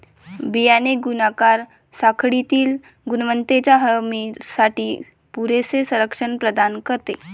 बियाणे गुणाकार साखळीतील गुणवत्तेच्या हमीसाठी पुरेसे संरक्षण प्रदान करते